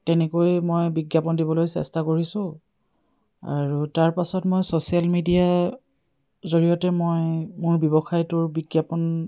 তেনেকৈ মই বিজ্ঞাপন দিবলৈ চেষ্টা কৰিছোঁ আৰু তাৰ পাছত মই ছ'চিয়েল মিডিয়াৰ জৰিয়তে মই মোৰ ব্যৱসায়টোৰ বিজ্ঞাপন